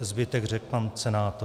Zbytek řekl pan senátor.